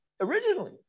originally